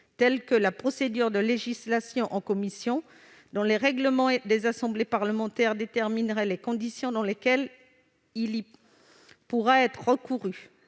telle que la procédure de législation en commission ; les règlements des assemblées parlementaires détermineraient les conditions dans lesquelles il pourrait y être recouru.